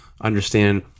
understand